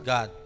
God